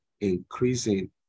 increasing